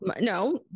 no